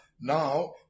Now